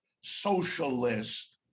socialist